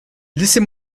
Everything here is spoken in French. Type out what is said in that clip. laissez